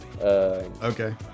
okay